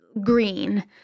green